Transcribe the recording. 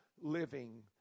living